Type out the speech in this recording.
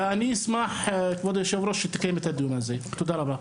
ואני אשמח אם זה יקרה, תודה רבה.